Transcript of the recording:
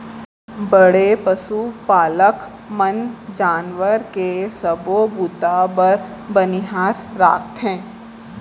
बड़े पसु पालक मन जानवर के सबो बूता बर बनिहार राखथें